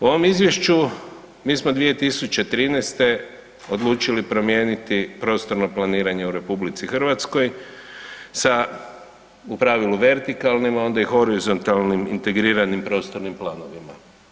U ovom izvješću mi smo 2013. odlučili promijeniti prostorno planiranje u RH sa u pravilu vertikalnim, a onda i horizontalnim integriranim prostornim planovima.